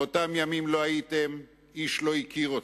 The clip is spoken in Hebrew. באותם ימים לא הייתם, איש לא הכיר אתכם.